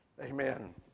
amen